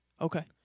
Okay